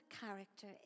character